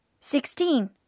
Sixteen